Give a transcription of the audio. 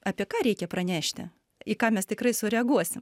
apie ką reikia pranešti į ką mes tikrai sureaguosim